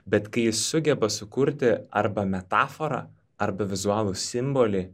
bet kai jis sugeba sukurti arba metaforą arba vizualų simbolį